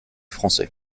français